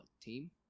team